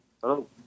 Hello